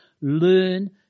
Learn